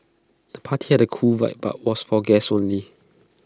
the party had A cool vibe but was for guests only